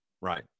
right